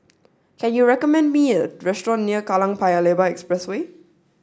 can you recommend me a restaurant near Kallang Paya Lebar Expressway